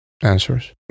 answers